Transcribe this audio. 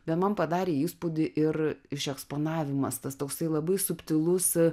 bet man padarė įspūdį ir išeksponavimas tas toksai labai subtilus